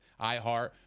iHeart